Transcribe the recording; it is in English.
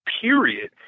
period